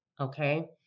okay